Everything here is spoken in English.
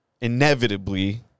inevitably